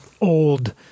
old